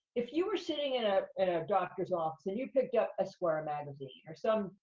if you were sitting in ah in a doctor's office and you picked up esquire magazine or some,